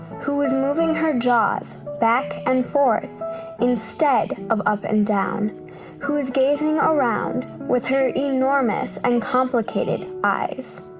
who is moving her jaws back and forth instead of up and down who is gazing around with her enormous and complicated eyes.